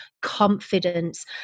confidence